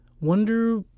wonder